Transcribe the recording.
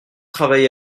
travaillé